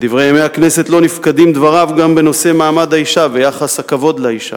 מדברי ימי הכנסת לא נפקדים דבריו גם בנושא מעמד האשה ויחס הכבוד לאשה.